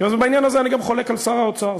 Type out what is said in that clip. בעניין הזה אני גם חולק על שר האוצר.